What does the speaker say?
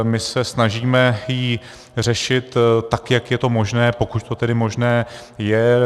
My se snažíme ji řešit tak, jak je to možné, pokud to tedy možné je.